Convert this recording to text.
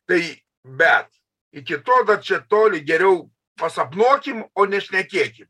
tai bet iki to dar čia toli geriau pasapnuokim o ne šnekėki